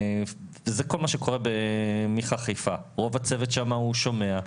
זה כל מה שקורה במיח"א חיפה, רוב הצוות שם שומע,